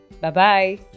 Bye-bye